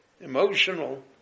Emotional